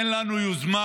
אין לנו יוזמה,